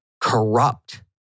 corrupt